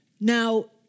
Now